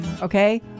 okay